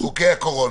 --- חוקי הקורונה.